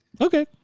Okay